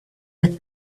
with